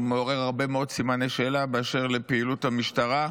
הוא מעורר הרבה מאוד סימני שאלה באשר לפעילות המשטרה.